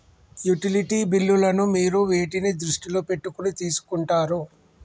Utility బిల్లులను మీరు వేటిని దృష్టిలో పెట్టుకొని తీసుకుంటారు?